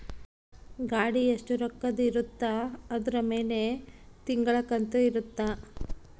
ಗಾಡಿ ಎಸ್ಟ ರೊಕ್ಕದ್ ಇರುತ್ತ ಅದುರ್ ಮೇಲೆ ತಿಂಗಳ ಕಂತು ಇರುತ್ತ